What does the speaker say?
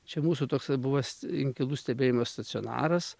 čia mūsų toksai buvo inkilų stebėjimo stacionaras